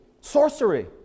sorcery